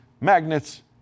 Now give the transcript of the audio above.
magnets